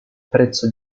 prezzo